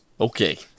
Okay